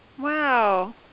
Wow